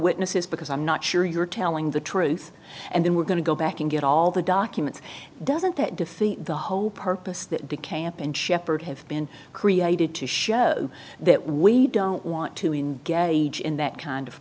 witnesses because i'm not sure you're telling the truth and then we're going to go back and get all the documents doesn't that defeat the whole purpose that the camp and shepherd have been created to show that we don't want to engage in that kind of